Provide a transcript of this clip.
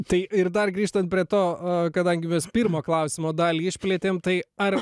tai ir dar grįžtant prie to kadangi mes pirmo klausimo dalį išplėtėm tai ar